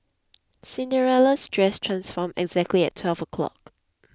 Cinderella's dress transformed exactly at twelve o'clock